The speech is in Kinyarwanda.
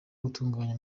gutunganya